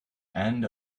end